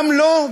גם לו,